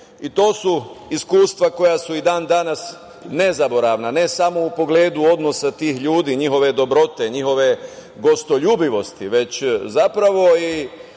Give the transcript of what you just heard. i to su iskustva koja su i dan danas nezaboravna, ne samo u pogledu odnosa tih ljudi, njihove dobrote, njihove gostoljubivosti, već zapravo i